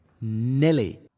Nelly